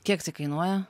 kiek tai kainuoja